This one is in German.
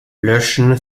löschen